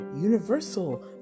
universal